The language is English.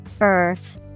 Earth